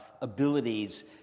abilities